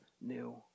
new